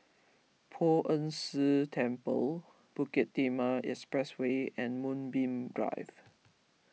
Poh Ern Shih Temple Bukit Timah Expressway and Moonbeam Drive